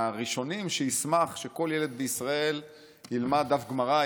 אני מהראשונים שישמח שכל ילד בישראל ילמד דף גמרא,